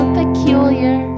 peculiar